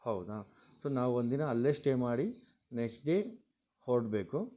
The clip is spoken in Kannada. ಹೌದಾ ಸೊ ನಾವು ಒಂದಿನ ಅಲ್ಲೇ ಸ್ಟೇ ಮಾಡಿ ನೆಕ್ಸ್ಟ್ ಡೇ ಹೊರಡ್ಬೇಕು